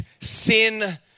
sin